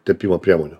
tepimo priemonių